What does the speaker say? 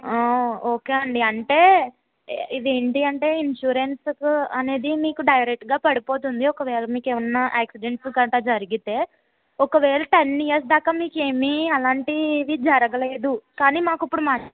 ఆ ఓకే అండి అంటే ఇది ఏంటి అంటే ఇన్సురెన్సుకి అనేది మీకు డైరెక్ట్గా పడిపోతుంది ఒకవేళ మీకు ఎమైనా యాక్సిడెంట్లు గట్రా జరిగితే ఒకవేళ టెన్ ఇయర్స్ దాకా మీకు ఏమి అలాంటిది జరగలేదు కానీ మాకు ఇప్పుడు